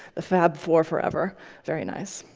the fab four forever very nice.